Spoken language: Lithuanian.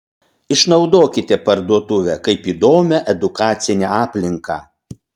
išnaudokite parduotuvę kaip įdomią edukacinę aplinką